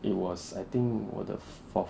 it was I think 我的 fourth